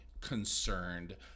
concerned